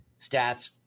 stats